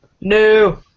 No